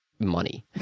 money